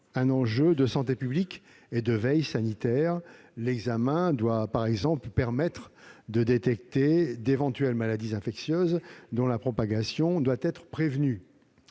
-, de santé publique et de veille sanitaire, l'examen devant permettre de détecter d'éventuelles maladies infectieusesdont la propagation doit être prévenue.